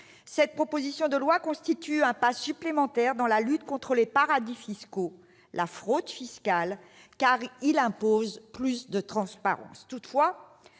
cette proposition de loi constitue un pas supplémentaire dans la lutte contre les paradis fiscaux et la fraude fiscale, car elle impose plus de transparence.